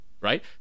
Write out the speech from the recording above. Right